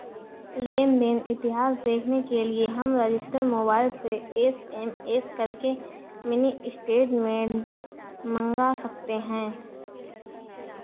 लेन देन इतिहास देखने के लिए हम रजिस्टर मोबाइल से एस.एम.एस करके मिनी स्टेटमेंट मंगा सकते है